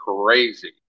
crazy